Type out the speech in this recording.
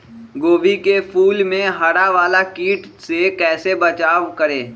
गोभी के फूल मे हरा वाला कीट से कैसे बचाब करें?